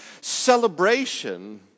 celebration